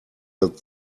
that